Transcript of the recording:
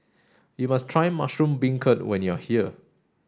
you must try mushroom beancurd when you are here